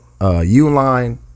Uline